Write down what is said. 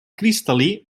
cristal·lí